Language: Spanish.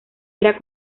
era